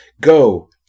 Go